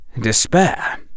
Despair